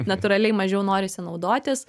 natūraliai mažiau norisi naudotis